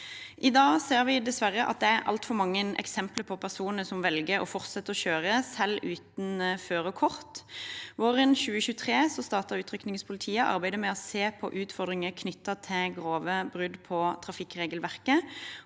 I dag ser vi dessverre at det er altfor mange eksempler på personer som velger å fortsette å kjøre, selv uten førerkort. Våren 2023 startet Utrykningspolitiet et arbeid med å se på utfordringer knyttet til grove brudd på trafikkregelverket.